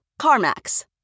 CarMax